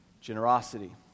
Generosity